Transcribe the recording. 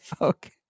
Okay